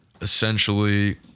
essentially